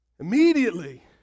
Immediately